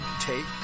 take